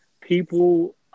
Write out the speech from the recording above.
People